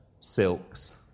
silks